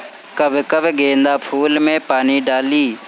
कब कब गेंदा फुल में पानी डाली?